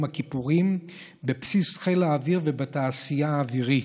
הכיפורים בבסיס חיל האוויר ובתעשייה האווירית,